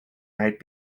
might